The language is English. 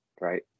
right